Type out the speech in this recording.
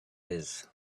his